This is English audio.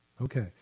Okay